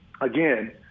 again